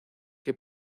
que